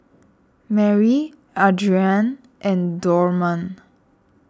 Marry Adrianne and Dorman